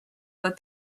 but